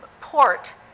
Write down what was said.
port